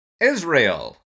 Israel